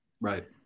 Right